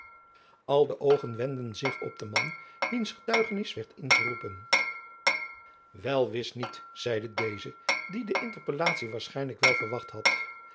al de oogen wendden zich op den man wiens getuigenis werd ingeroepen wel wis niet zeide deze die de interpellatie waarschijnlijk wel verwacht had